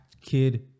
kid